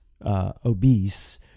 obese